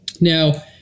Now